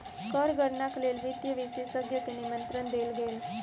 कर गणनाक लेल वित्तीय विशेषज्ञ के निमंत्रण देल गेल